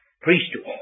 priesthood